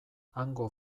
hango